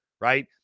right